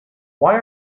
why